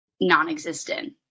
non-existent